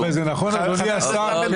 אדוני השר,